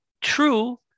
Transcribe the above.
True